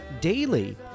daily